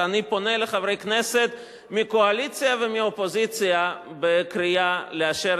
ואני פונה לחברי כנסת מהקואליציה ומהאופוזיציה בקריאה לאשר